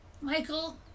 Michael